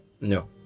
No